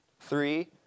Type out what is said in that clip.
three